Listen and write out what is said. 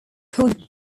called